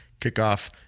kickoff